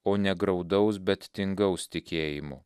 o ne graudaus bet tingaus tikėjimo